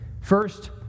First